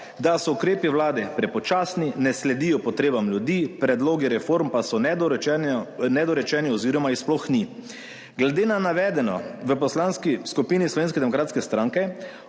da so ukrepi vlade prepočasni, ne sledijo potrebam ljudi, predlogi reform pa so nedorečeni oziroma jih sploh ni. Glede na navedeno v Poslanski skupini